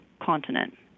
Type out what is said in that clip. continent